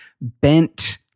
bent